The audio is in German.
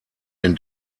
den